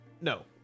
no